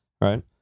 Right